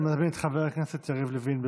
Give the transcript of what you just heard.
אני מזמין את חבר הכנסת יריב לוין.